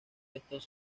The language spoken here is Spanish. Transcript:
estos